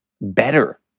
better